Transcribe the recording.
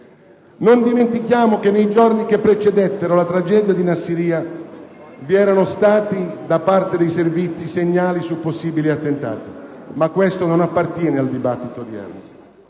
Non dimentichiamo che, nei giorni che precedettero la tragedia di Nassiriya, vi erano stati da parte dei servizi segnali su possibili attentati; ma ciò non appartiene al dibattito odierno.